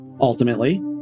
ultimately